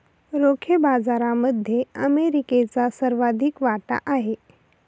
रोखे बाजारामध्ये अमेरिकेचा सर्वाधिक वाटा आहे